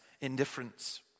indifference